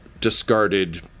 discarded